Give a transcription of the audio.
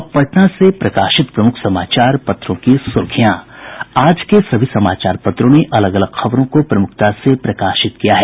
अब पटना से प्रकाशित प्रमुख समाचार पत्रों की सुर्खियां आज के सभी समाचार पत्रों ने अलग अलग खबरों को प्रमुखता से प्रकाशित किया है